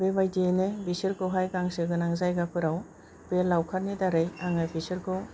बेबादियैनो बिसोरखौहाय गांसो गोनां जायगाफोराव बे लाउखारनि दारै आङो बिसोरखौ